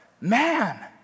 man